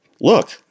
look